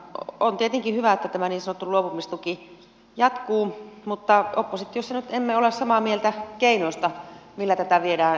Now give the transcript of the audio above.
on tietenkin hyvä että tämä niin sanottu luopumistuki jatkuu mutta oppositiossa nyt emme ole samaa mieltä keinoista millä tätä viedään eteenpäin